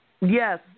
Yes